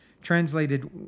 translated